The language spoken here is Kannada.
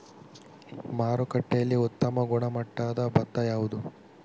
ಮಾರುಕಟ್ಟೆಯಲ್ಲಿ ಉತ್ತಮ ಗುಣಮಟ್ಟದ ಭತ್ತ ಯಾವುದು?